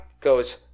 goes